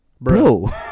bro